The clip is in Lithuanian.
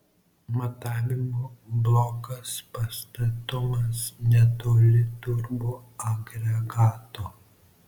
matavimo blokas pastatomas netoli turboagregato